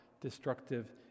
destructive